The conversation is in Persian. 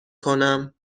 کنم